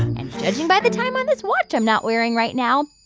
and judging by the time on this watch i'm not wearing right now,